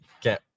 Okay